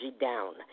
down